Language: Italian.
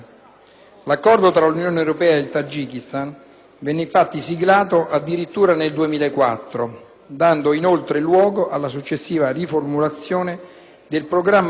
del programma europeo di cooperazione regionale con l'Asia centrale (TACIS), ristrutturato in quello che oggi chiamiamo programma CARD.